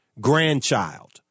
grandchild